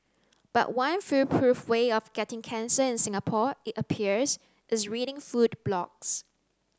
but one foolproof way of getting cancer in Singapore it appears is reading food blogs